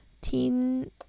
teen